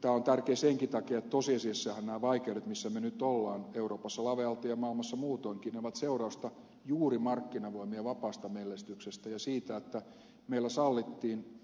tämä on tärkeää senkin takia että tosiasiassahan nämä vaikeudet joissa me nyt olemme euroopassa lavealti ja maailmassa muutoinkin ovat seurausta juuri markkinavoimien vapaasta mellestyksestä ja siitä että meillä sallittiin